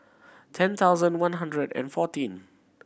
ten thousand one hundred and fourteen